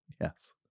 Yes